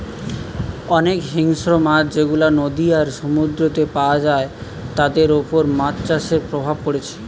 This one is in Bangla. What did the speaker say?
অনেক হিংস্র মাছ যেগুলা নদী আর সমুদ্রেতে পায়া যায় তাদের উপর মাছ চাষের প্রভাব পড়ছে